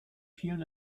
vielen